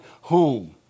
home